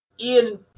Ian